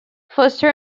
foster